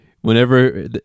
Whenever